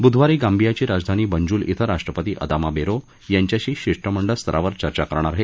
बुधवारी गाम्बियाची राजधानी बंजुल इथं राष्ट्रपती अदामा बेरो यांच्याशी शिष्टमंडळ स्तरावर चर्चा करणार आहेत